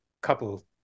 couple